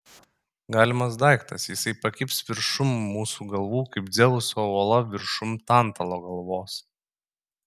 galimas daiktas jisai pakibs viršum mūsų galvų kaip dzeuso uola viršum tantalo galvos